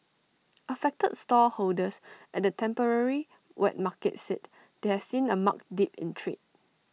affected stallholders at the temporary wet market said they have seen A marked dip in trade